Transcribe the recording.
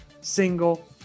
single